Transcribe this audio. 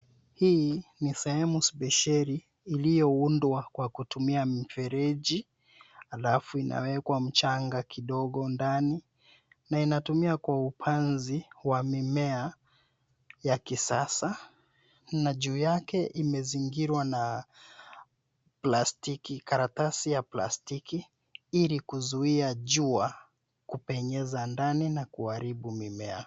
Hii ni sehemu spesheli iliyoundwa kwa kutumia mfereji, alafu inawekwa mchanga kidogo ndani na inatumia kwa upanzi wa mimea ya kisasa na juu yake imezingirwa na plastiki, karatasi ya plastiki, ilikuzuia jua kupenyeza ndani na kuharibu mimea.